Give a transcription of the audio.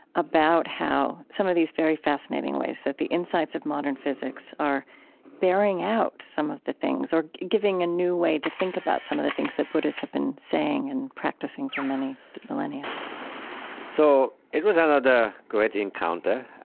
about how some of these very fascinating ways that the insights of modern physics are bearing out some of the things or giving a new way to think about some of the things that buddhists have been saying and practicing for many millennia so it was another great encounter.